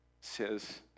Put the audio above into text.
says